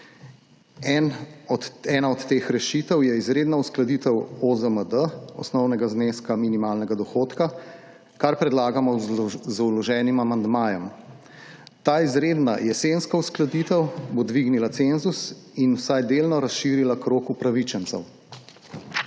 Ena od teh rešitev je izredna uskladitev OZMD, osnovnega zneska minimalnega dohodka, kar predlagamo z vloženim amandmajem. Ta izredna jesenska uskladitev bo dvignila cenzus in vsaj delno razširila krog upravičencev.